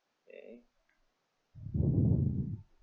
eh